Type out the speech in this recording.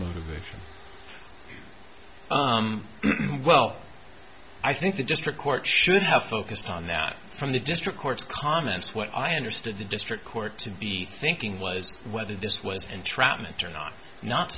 motivated well i think the district court should have focused on that from the district court's comments what i understood the district court to be thinking was whether this was entrapment or not not